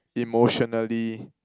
emotionally